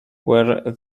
where